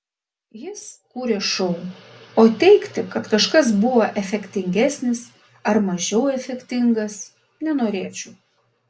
jis kūrė šou o teigti kad kažkas buvo efektingesnis ar mažiau efektingas nenorėčiau